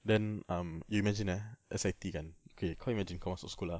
then um you imagine eh S_I_T kan okay kau imagine kau masuk sekolah